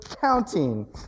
counting